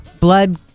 blood